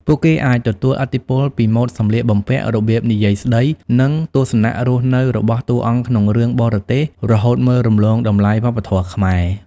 ពួកគេអាចទទួលឥទ្ធិពលពីម៉ូដសម្លៀកបំពាក់ របៀបនិយាយស្តី និងទស្សនៈរស់នៅរបស់តួអង្គក្នុងរឿងបរទេស រហូតមើលរំលងតម្លៃវប្បធម៌ខ្មែរ។